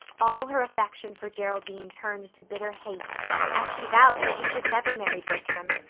all her affection for geraldine turned to bitter hate and she vowed that she should never marry bertram.